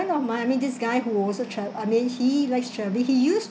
of mine I mean this guy who also tra~ I mean he likes travelling he use